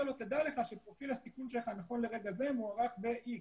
לו: תדע לך שפרופיל הסיכון שלך נכון לרגע זה מוערך באיקס.